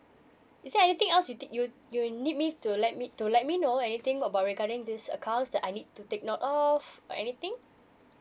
is there anything else you did you you need me to let me to let me know anything about regarding this accounts that I need to take note off or anything